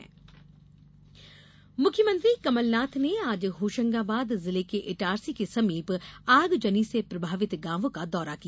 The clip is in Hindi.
कमलनाथ दौरा मुख्यमंत्री कमलनाथ ने आज होशंगाबाद जिले के इटारसी के समीप आगजनी से प्रभावित गांवों का दौरा किया